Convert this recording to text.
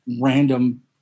random